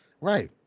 right